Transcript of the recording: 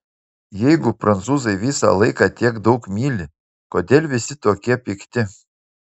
jeigu prancūzai visą laiką tiek daug myli kodėl visi tokie pikti